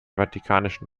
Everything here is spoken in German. vatikanischen